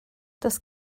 does